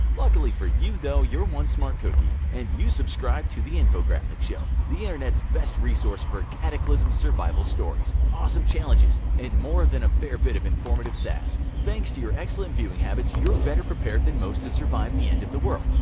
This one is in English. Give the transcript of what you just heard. lucky for you though you're one smart cookie and you subscribe to the infographics show the internet's best resource for cataclysm survival stories, awesome challenges, and more than a fair bit of informative sass. thanks to your excellent viewing habits, you're better prepared than most to survive the end of the world,